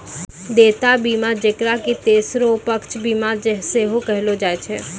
देयता बीमा जेकरा कि तेसरो पक्ष बीमा सेहो कहलो जाय छै